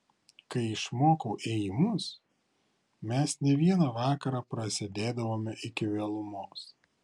kai išmokau ėjimus mes ne vieną vakarą prasėdėdavome iki vėlumos